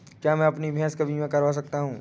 क्या मैं अपनी भैंस का बीमा करवा सकता हूँ?